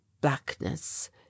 blackness